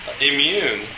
immune